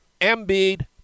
Embiid